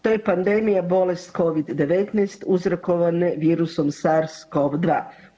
To je pandemija bolest covid-19 uzrokovane virusom SARS COV-2.